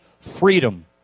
freedom